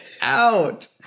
out